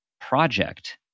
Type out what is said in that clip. project